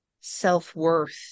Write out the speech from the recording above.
self-worth